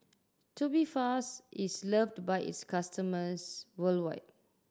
Tubifast is loved by its customers worldwide